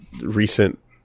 recent